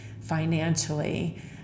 financially